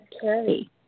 Carrie